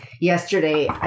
yesterday